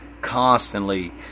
constantly